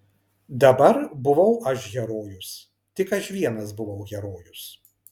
dabar buvau aš herojus tik aš vienas buvau herojus